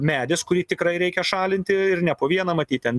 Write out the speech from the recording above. medis kurį tikrai reikia šalinti ir ne po vieną matyt ten